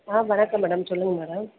ஆ வணக்கம் மேடம் சொல்லுங்கள் மேடம்